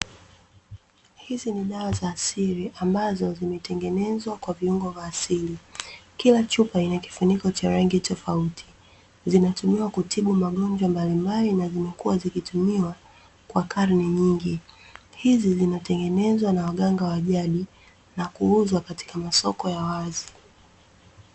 Hizi ni dawa za asili ambazo zimetengenezwa kwa viungo vya asili. Kila chupa ina kifuniko cha rangi tofauti, zinatumiwa kutibu magonjwa mbalimbali na zimekua zikitumiwa kwa karne nyingi. Hizi zinatengenezwa na waganga wa jadi, na kuuzwa katika masoko ya wazi.